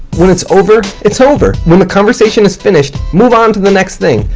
when it's over, it's over. when the conversation is finished, move on to the next thing.